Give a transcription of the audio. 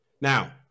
Now